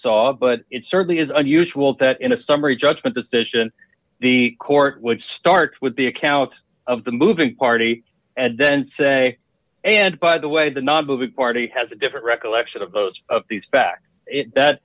saw but it certainly is unusual that in a summary judgment decision the court would start with the account of the moving party and then say and by the way the nonpublic party has a different recollection of those of these facts that